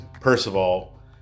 Percival